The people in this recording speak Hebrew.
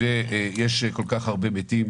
ויש כל כך הרבה מתים.